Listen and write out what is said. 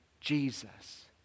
Jesus